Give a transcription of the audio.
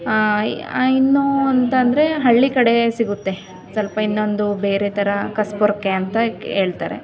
ಆ ಇ ಇನ್ನೂ ಅಂತ ಅಂದ್ರೆ ಹಳ್ಳಿ ಕಡೆ ಸಿಗುತ್ತೆ ಸ್ವಲ್ಪ ಇನ್ನೊಂದು ಬೇರೆ ಥರ ಕಸ ಪೊರ್ಕೆ ಅಂತ ಹೇಳ್ತಾರೆ